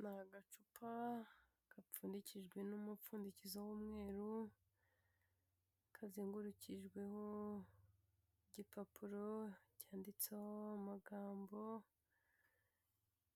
Ni agacupa gapfundikijwe n'umupfundikizo w'umweru, kazengurukijweho igipapuro cyanditseho amagambo